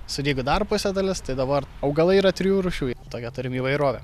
sudygo dar pusė dalis tai dabar augalai yra trijų rūšių tokią turim įvairovę